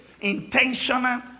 intentional